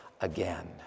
again